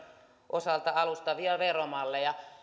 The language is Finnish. osalta alustavia veromalleja